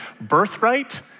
birthright